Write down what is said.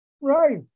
right